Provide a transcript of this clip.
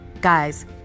Guys